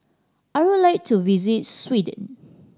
I would like to visit Sweden